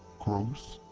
gross?